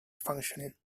functioning